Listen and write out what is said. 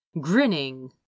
grinning